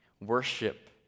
Worship